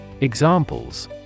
Examples